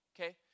okay